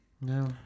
No